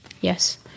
Yes